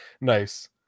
Nice